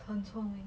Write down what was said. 很聪明